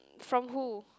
from who